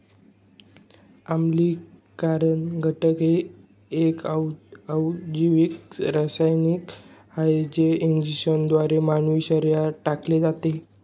आम्लीकरण घटक हे एक अजैविक रसायन आहे जे इंजेक्शनद्वारे मानवी शरीरात टाकले जाते